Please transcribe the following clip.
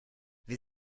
wir